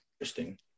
interesting